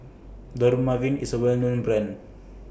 Dermaveen IS A Well known Brand